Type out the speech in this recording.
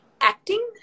Acting